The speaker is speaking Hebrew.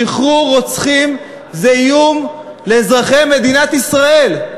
שחרור רוצחים זה איום על אזרחי מדינת ישראל.